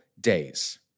days